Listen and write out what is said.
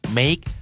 make